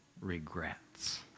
regrets